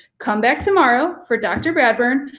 come back tomorrow for dr. bradburn.